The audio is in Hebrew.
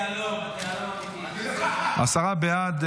עשרה בעד,